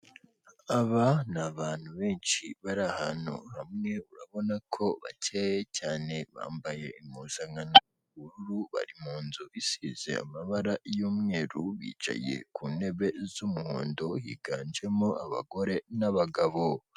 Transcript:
Aba ni abantu benshi bari ahantu hamwe, urabona ko bakeye cyane. Bambaye impuzankano y'ubururu bari mu nzu isize amabara y'umweru, bicaye ku ntebe z'umuhondo, higanjemo abagore n'abagabo.